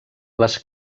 les